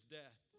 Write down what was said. death